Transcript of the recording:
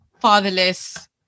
fatherless